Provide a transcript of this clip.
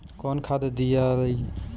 कौन खाद दियई?